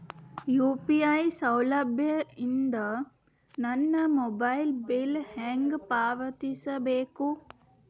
UPI ಸೌಲಭ್ಯ ಇಂದ ನನ್ನ ಮೊಬೈಲ್ ಬಿಲ್ ಹೆಂಗ್ ಪಾವತಿಸ ಬೇಕು?